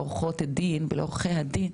לעורכות הדין ולעורכי הדין,